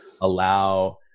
allow